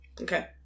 Okay